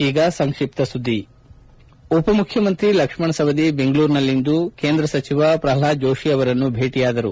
ಈಗ ಸಂಕ್ಷಿಪ್ತ ಸುದ್ದಿಗಳು ಉಪ ಮುಖ್ಯಮಂತ್ರಿ ಲಕ್ಷ್ಮಣ್ ಸವದಿ ಬೆಂಗಳೂರಿನಲ್ಲಿಂದು ಕೇಂದ್ರ ಸಚಿವ ಪ್ರಹ್ಲಾದ್ ಜೋತಿ ಅವರನ್ನು ಭೇಟಿಯಾದರು